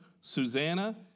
Susanna